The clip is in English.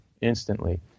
Instantly